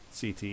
CT